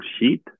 sheet